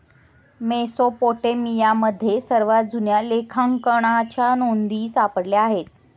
मेसोपोटेमियामध्ये सर्वात जुन्या लेखांकनाच्या नोंदी सापडल्या आहेत